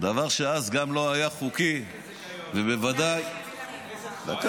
דבר שאז גם לא היה חוקי ובוודאי ------ דקה.